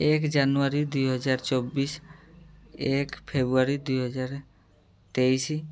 ଏକ ଜାନୁଆରୀ ଦୁଇହଜାର ଚବିଶ ଏକ ଫେବୃଆରୀ ଦୁଇହଜାର ତେଇଶି